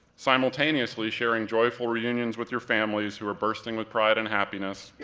simultaneously sharing joyful reunions with your families, who are bursting with pride and happiness,